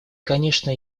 конечно